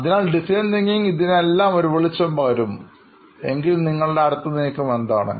അതിനാൽ design thinking ഇതിനെല്ലാം ഒരു വെളിച്ചം പകരും എങ്കിൽ നിങ്ങളുടെ അടുത്ത നീക്കം എന്താണ്